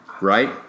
right